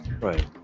Right